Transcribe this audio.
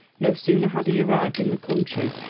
no sooner had he arrived in the country,